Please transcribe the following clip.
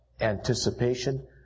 anticipation